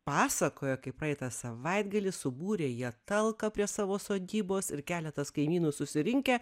pasakojo kaip praeitą savaitgalį subūrė jie talką prie savo sodybos ir keletas kaimynų susirinkę